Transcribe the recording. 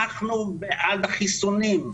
אנחנו בעד החיסונים,